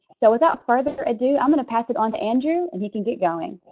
so without further ado i'm going to pass it onto andrew and he can get going.